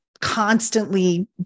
constantly